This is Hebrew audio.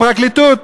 הפרקליטות,